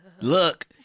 Look